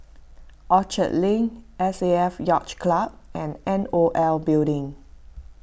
Orchard Link S A F Yacht Club and N O L Building